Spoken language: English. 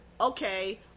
okay